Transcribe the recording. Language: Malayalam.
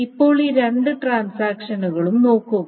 ഇപ്പോൾ ഈ രണ്ട് ട്രാൻസാക്ഷനുകളും നോക്കുക